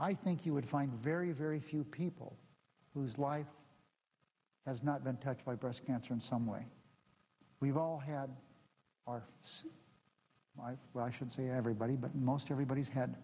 i think you would find very very few people whose life has not been touched by breast cancer in some way we've all had our lives i should say everybody but most everybody's had